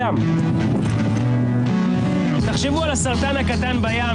מדויק כמה קנסות ניתנו על השלכת פסולת